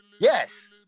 Yes